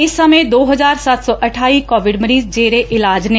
ਇਸ ਸਮੇਂ ਦੋ ਹਜਾਰ ਸੱਤ ਸੌ ਅਠਾਈ ਕੋਵਿਡ ਮਰੀਜ ਜ਼ੇਰੇ ਇਲਾਜ ਨੇ